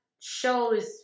shows